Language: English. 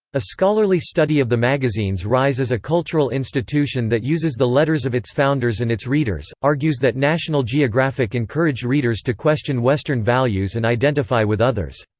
a scholarly study of the magazine's rise as a cultural institution that uses the letters of its founders and its readers argues that national geographic encouraged readers to question western values and identify with others.